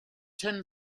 ten